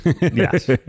Yes